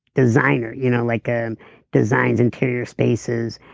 designer, you know like ah designs interior spaces,